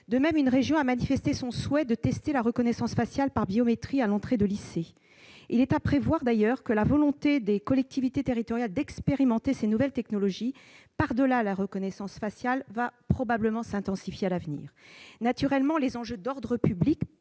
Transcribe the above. De même, une région a manifesté son souhait de tester la reconnaissance faciale par biométrie à l'entrée de lycées. Il est à prévoir que la volonté des collectivités territoriales d'expérimenter ces nouvelles technologies, par-delà la reconnaissance faciale, va probablement s'intensifier à l'avenir. Naturellement, les enjeux d'ordre public